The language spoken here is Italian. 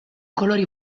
colori